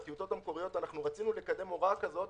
בטיוטות המקוריות רצינו לקדם הוראה כזו,